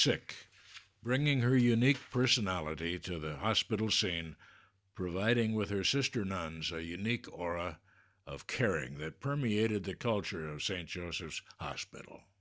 sick bringing her unique personality to the hospital scene providing with her sister nuns a unique aura of caring that permeated the culture of st joseph's hospital